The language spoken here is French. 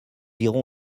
irons